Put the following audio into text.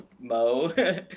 Mo